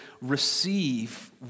receive